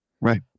Right